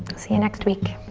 see you next week.